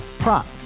Prop